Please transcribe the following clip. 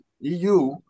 EU